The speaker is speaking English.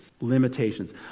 limitations